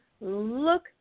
look